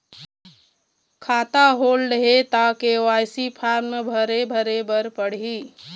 खाता होल्ड हे ता के.वाई.सी फार्म भरे भरे बर पड़ही?